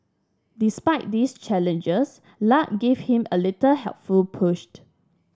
despite this challenges luck gave him a little helpful pushed